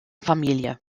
familie